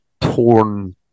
torn